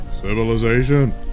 civilization